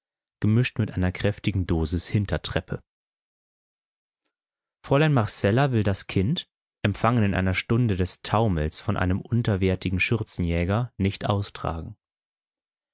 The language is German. rhetorik gemischt mit einer kräftigen dosis hintertreppe fräulein marcella will das kind empfangen in einer stunde des taumels von einem unterwertigen schürzenjäger nicht austragen